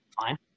fine